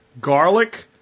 Garlic